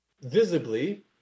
visibly